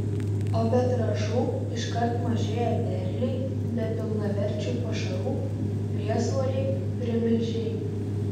o be trąšų iškart mažėja derliai be pilnaverčių pašarų priesvoriai primilžiai